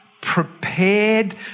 prepared